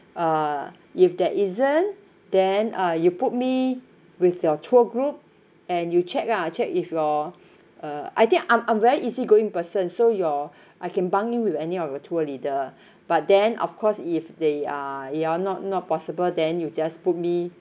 uh if there isn't then uh you put me with your tour group and you check lah check if your uh I think I'm I'm very easygoing person so your I can bunk in with any of your tour leader but then of course if they are they all not not possible then you just put me